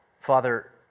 Father